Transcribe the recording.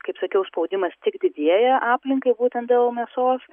kaip sakiau spaudimas tik didėja aplinkai būtent dėl mėsos